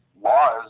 laws